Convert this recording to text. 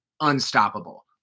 unstoppable